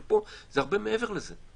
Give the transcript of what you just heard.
אבל פה זה הרבה מעבר לזה.